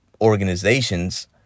organizations